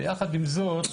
יחד עם זאת,